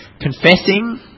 confessing